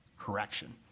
Correction